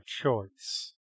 choice